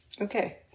Okay